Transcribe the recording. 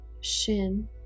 shin